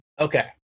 Okay